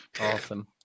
Awesome